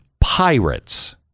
pirates